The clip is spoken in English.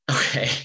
Okay